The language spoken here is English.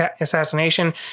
assassination